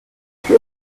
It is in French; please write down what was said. sûr